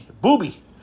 Booby